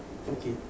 okay